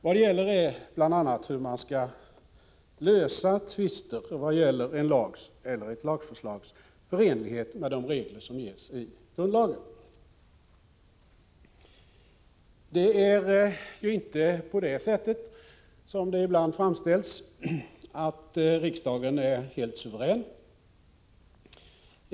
Vad det gäller är bl.a. hur man skall lösa tvister om en lags eller ett lagförslags förenlighet med de regler som ges i grundlagen. Det är inte så som det ibland framställs att riksdagen är helt suverän.